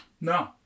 No